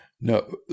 No